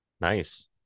Nice